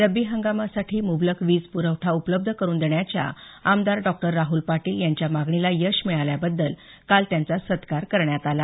रबी हंगामासाठी मुबलक वीज पुरवठा उपलब्ध करून देण्याच्या आमदार डॉ राहुल पाटील यांच्या मागणीला यश मिळाल्याबद्दल काल त्यांचा सत्कार करण्यात आला